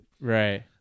right